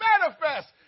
manifest